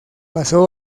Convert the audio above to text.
pasó